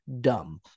dumb